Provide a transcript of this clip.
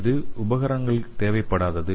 இது உபகரணங்க தேவைப்படாதது